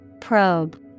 Probe